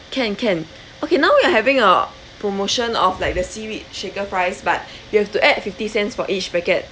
can can okay now we are having a promotion of like the seaweed shaker fries but you have to add fifty cents for each packet